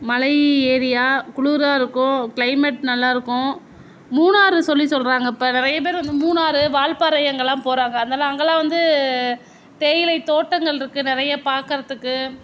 மலை ஏரியா குளுராக இருக்கும் கிளைமேட் நல்லா இருக்கும் மூணாரு சொல்லி சொல்கிறாங்க இப்போ நிறைய பேர் வந்து மூணாரு வால்பாறை அங்கேலாம் போகிறாங்க அங்கேலாம் அங்கேலாம் வந்து தேயிலை தோட்டங்கள் இருக்குது நிறைய பார்க்கறதுக்கு